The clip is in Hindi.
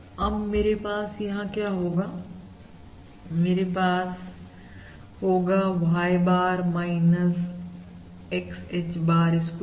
अब मेरे पास यहां पर क्या होगा मेरे पास होगा Y bar X H bar square